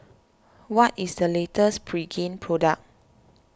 what is the latest Pregain product